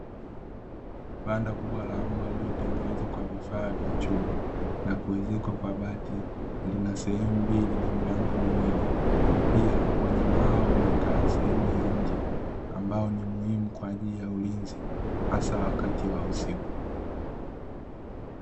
Banda kubwa la mbwa, lililotengenezwa kwa vifaa vya chuma na kuezekwa kwa bati, lina sehemu mbili na milango miwili. Pia wanyama hao wamekaa sehemu ya nje, ambao ni muhimu kwa ajili ya ulinzi hasa wakati wa usiku.